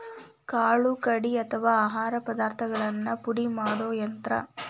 ಕಾಳು ಕಡಿ ಅಥವಾ ಆಹಾರ ಪದಾರ್ಥಗಳನ್ನ ಪುಡಿ ಮಾಡು ಯಂತ್ರ